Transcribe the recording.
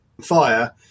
fire